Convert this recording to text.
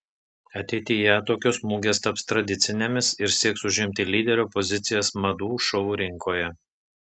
ateityje tokios mugės taps tradicinėmis ir sieks užimti lyderio pozicijas madų šou rinkoje